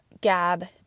Gab